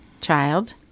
child